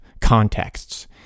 contexts